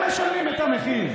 הם משלמים את המחיר.